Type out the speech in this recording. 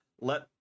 let